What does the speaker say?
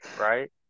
right